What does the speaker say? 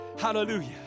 Hallelujah